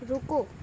رکو